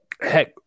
Heck